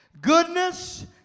Goodness